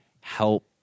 help